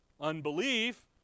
unbelief